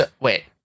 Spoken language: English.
Wait